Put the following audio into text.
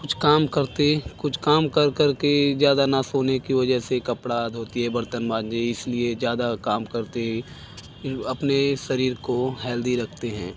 कुछ काम करते कुछ काम कर कर के ज़्यादा ना सोने की वजह से कपड़े धोती है बर्तन मांजे इस लिए ज़्यादा काम करते हे फिर अपने शरीर को हेल्दी रखते हैं